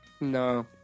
No